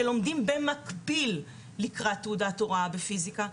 שלומדים במקביל לקראת תעודת הוראה בפיזיקה,